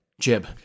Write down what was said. Jib